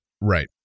Right